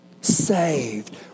saved